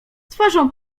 twarzą